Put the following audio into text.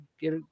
get